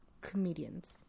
comedians